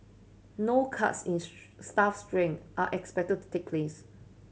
no cuts in staff strength are expected to take place